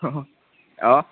अ अ अ